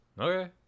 okay